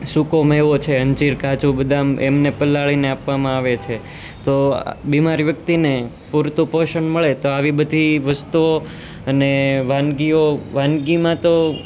સૂકો મેવો છે અંજીર કાજુ બદામ એમને પલાળીને આપવામાં આવે છે તો અ બીમાર વ્યક્તિને પૂરતું પોષણ મળે તો આવી બધી વસ્તુઓ અને વાનગીઓ વાનગીમાં તો